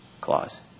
clause